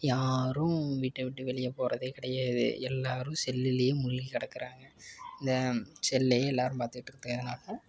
யாரும் வீட்டை விட்டு வெளியப்போகறதே கிடையாது எல்லாரும் செல்லுலையே மூழ்கிக்கிடக்குறாங்க இந்த செல்லையே எல்லாரும் பார்த்துக்கிட்ருக்கறதனால